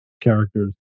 characters